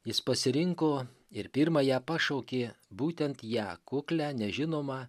jis pasirinko ir pirmąją pašaukė būtent ją kuklią nežinomą